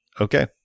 Okay